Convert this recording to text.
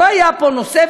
לא היה פה נושא,